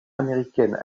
américaine